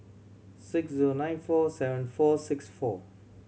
six zero nine four seven four six four